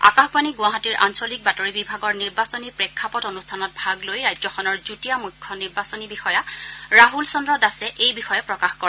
আকাশবাণী গুৱাহাটীৰ আঞ্চলিক বাতৰি বিভাগৰ নিৰ্বাচনী প্ৰেক্ষাপট অনুষ্ঠানত ভাগ লৈ ৰাজ্যখনৰ যুটীয়া মুখ্য নিৰ্বাচনী বিষয়া ৰাছল চদ্ৰ দাসে এই বিষয়ে প্ৰকাশ কৰে